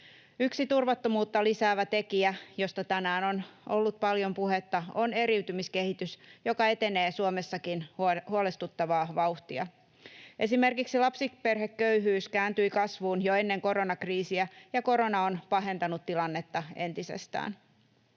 Yksi turvattomuutta lisäävä tekijä, josta tänään on ollut paljon puhetta, on eriytymiskehitys, joka etenee Suomessakin huolestuttavaa vauhtia. Esimerkiksi lapsiperheköyhyys kääntyi kasvuun jo ennen koronakriisiä, ja korona on pahentanut tilannetta entisestään.